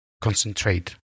concentrate